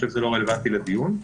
זה לא רלוונטי לדיון.